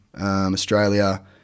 australia